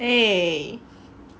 eh